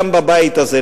גם בבית הזה,